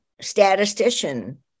statistician